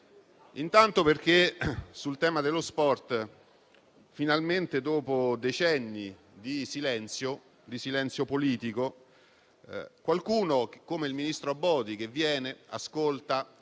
intanto, perché sul tema dello sport finalmente, dopo decenni di silenzio politico, c'è qualcuno come il ministro Abodi che viene, presenzia